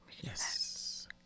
Yes